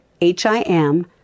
H-I-M